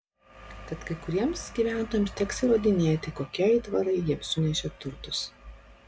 tad kai kuriems gyventojams teks įrodinėti kokie aitvarai jiems sunešė turtus